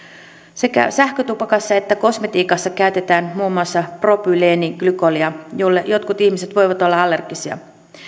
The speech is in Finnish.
sekä sähkötupakassa että kosmetiikassa käytetään muun muassa propyleeniglykolia jolle jotkut ihmiset voivat olla allergisia